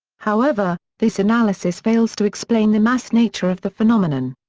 however, this analysis fails to explain the mass nature of the phenomenon.